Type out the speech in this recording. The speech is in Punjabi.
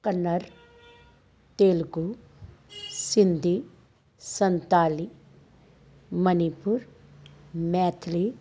ਕੰਨੜ ਤੇਲਗੂ ਸਿੰਧੀ ਸੰਤਾਲੀ ਮਨੀਪੁਰ ਮੈਥਲੀ